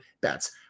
bets